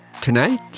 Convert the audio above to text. tonight